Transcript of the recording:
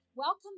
Welcome